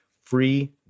Free